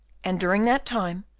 and during that time,